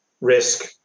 risk